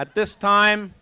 at this time